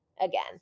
again